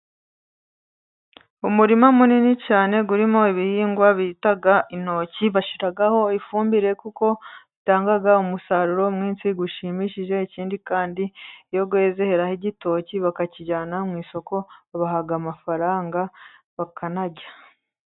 Umurima munini cyane, urimo ibihingwa bita intoki, bashiraho ifumbire kuko bitangaga, umusaruro mwinshi gushimishije, ikindi kandi iyo weze heraho igitoki, bakakijyana mu isoko, bakabaha amafaranga bakanarya.